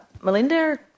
Melinda